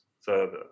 further